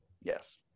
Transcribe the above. Yes